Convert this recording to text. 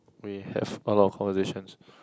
we have a lot of conversations